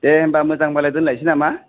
दे होमबा मोनजांबालाय दोन्नायसै नामा